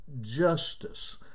justice